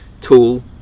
tool